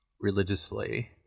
religiously